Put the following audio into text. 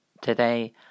today